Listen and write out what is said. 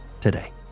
today